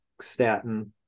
statin